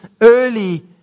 early